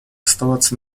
оставаться